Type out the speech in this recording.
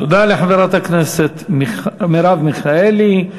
תודה לחברת הכנסת מרב מיכאלי.